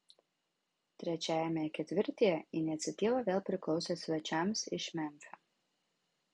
trečiajame ketvirtyje iniciatyva vėl priklausė svečiams iš memfio